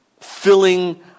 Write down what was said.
filling